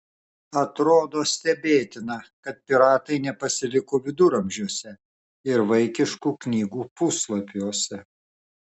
atrodo stebėtina kad piratai nepasiliko viduramžiuose ir vaikiškų knygų puslapiuose